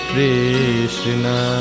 Krishna